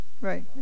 Right